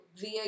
via